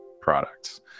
products